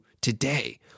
today